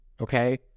okay